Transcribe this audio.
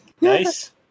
nice